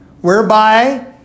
Whereby